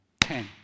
ten